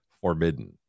forbidden